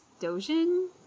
dojin